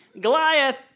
Goliath